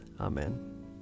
Amen